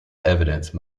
evidence